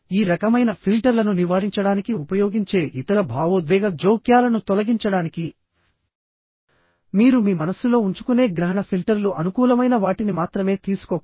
ఈ రకమైన ఫిల్టర్లను నివారించడానికి ఉపయోగించే ఇతర భావోద్వేగ జోక్యాలను తొలగించడానికి మీరు మీ మనస్సులో ఉంచుకునే గ్రహణ ఫిల్టర్లు అనుకూలమైన వాటిని మాత్రమే తీసుకోకండి